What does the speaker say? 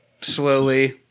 slowly